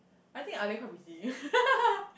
I think ah lian quite pretty